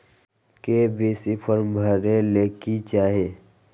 KYC form भरे ले कि चाही?